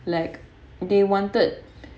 like they wanted